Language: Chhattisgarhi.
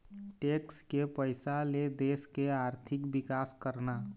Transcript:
टेक्स के पइसा ले देश के आरथिक बिकास करना